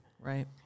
Right